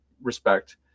respect